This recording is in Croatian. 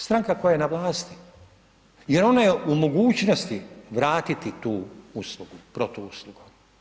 Stranka koja je na vlasti, jer ona je u mogućnosti vratiti tu uslugu, protuuslugu.